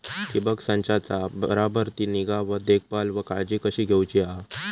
ठिबक संचाचा बराबर ती निगा व देखभाल व काळजी कशी घेऊची हा?